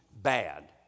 bad